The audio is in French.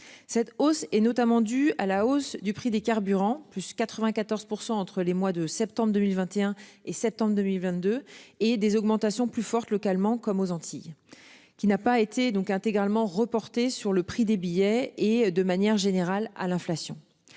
Cette hausse est notamment due à la hausse du prix des carburants plus 94% entre les mois de septembre 2021 et septembre 2022 et des augmentations plus fortes localement comme aux Antilles. Qui n'a pas été donc intégralement reportés sur le prix des billets et de manière générale à l'inflation.